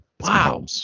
Wow